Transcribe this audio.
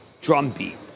drumbeat